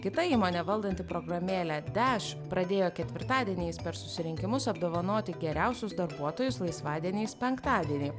kita įmonė valdanti programėlę deš pradėjo ketvirtadieniais per susirinkimus apdovanoti geriausius darbuotojus laisvadieniais penktadienį